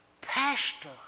Pastor